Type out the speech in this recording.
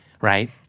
right